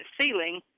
ceiling